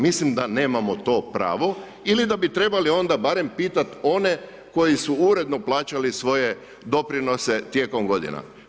Mislim da nemamo to pravo ili da bi trebali onda barem pitati one koji su uredno plaćali svoje doprinose tijekom godina.